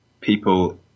people